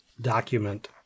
document